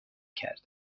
کردم